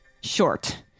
short